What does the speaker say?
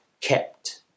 kept